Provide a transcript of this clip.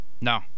No